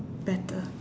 better